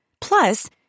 Plus